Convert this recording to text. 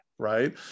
Right